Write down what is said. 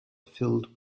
filled